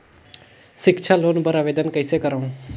सिक्छा लोन बर आवेदन कइसे करव?